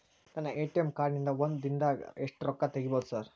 ನನ್ನ ATM card ನಿಂದಾ ಒಂದ್ ದಿಂದಾಗ ಎಷ್ಟ ರೊಕ್ಕಾ ತೆಗಿಬೋದು ಸಾರ್?